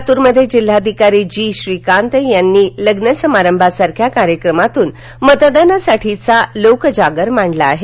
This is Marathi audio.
लातूर मध्ये जिल्हाधिकारी जी श्रीकांत यांनी लग्न समारंभासारख्या कार्यक्रमातून मतदानासाठीचा लोकजगर मांडला आहे